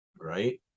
Right